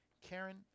Karen